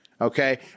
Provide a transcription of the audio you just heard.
okay